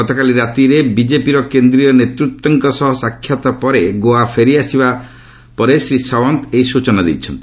ଗତକାଲି ରାତିରେ ବିକେପିର କେନ୍ଦ୍ରୀୟ ନେତୃତ୍ୱଙ୍କ ସହ ସାକ୍ଷାତ୍ ପରେ ଗୋଆ ଫେରିଆସିବା ପରେ ଶ୍ରୀ ସାଓ୍ୱନ୍ତ୍ ଏହି ସୂଚନା ଦେଇଛନ୍ତି